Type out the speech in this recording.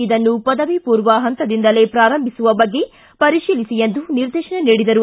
ಇದನ್ನು ಪದವಿಪೂರ್ವ ಹಂತದಿಂದಲೇ ಪ್ರಾರಂಭಿಸುವ ಬಗ್ಗೆ ಪರಿಶೀಲಿಸಿ ಎಂದು ನಿರ್ದೇಶನ ನೀಡಿದರು